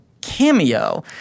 Cameo